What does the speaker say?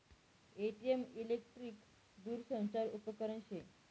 ATM electric दूरसंचार उपकरन शे